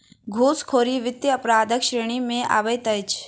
घूसखोरी वित्तीय अपराधक श्रेणी मे अबैत अछि